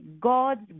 God's